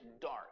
dark